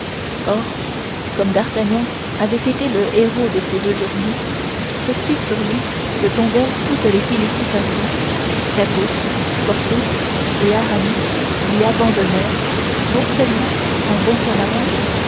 or comme d'artagnan avait été le héros de ces deux journées ce fut sur lui que tombèrent toutes les félicitations qu'athos porthos et aramis lui abandonnèrent non seulement en bons camarades